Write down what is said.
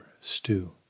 stew